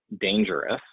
dangerous